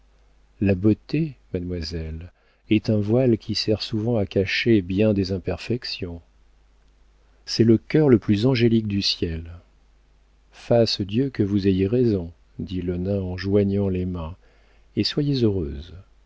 la beauté mademoiselle est un voile qui sert souvent à cacher bien des imperfections c'est le cœur le plus angélique du ciel fasse dieu que vous ayez raison dit le nain en joignant les mains et soyez heureuse